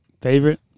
favorite